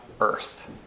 earth